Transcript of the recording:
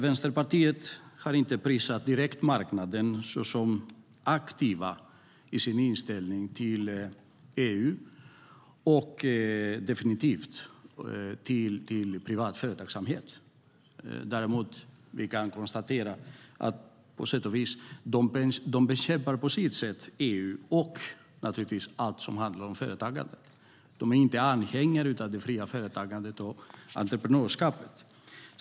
Vänsterpartiet har inte direkt prisat marknaden så som aktiva i sin inställning till EU och definitivt inte prisat privat företagsamhet. Vi kan konstatera att de på sitt sätt bekämpar EU och naturligtvis allt som handlar om företagande. De är inte anhängare av det fria företagandet och entreprenörskapet.